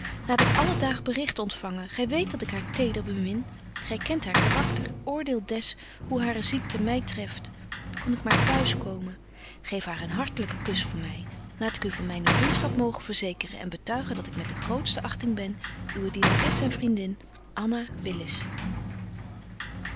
laat ik alle daag bericht ontfangen gy weet dat ik haar teder bemin gy kent haar karakter oordeel des hoe hare ziekte my treft kon ik maar t'huis komen geef haar een hartelyken kusch voor my laat ik u van myne vriendschap mogen verzekeren en betuigen dat ik met de grootste achting ben uwe dienares en vriendin